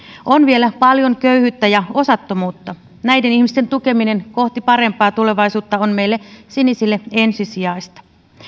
on vielä paljon köyhyyttä ja osattomuutta näiden ihmisten tukeminen kohti parempaa tulevaisuutta on meille sinisille ensisijaista